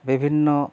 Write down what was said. বিভিন্ন